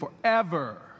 forever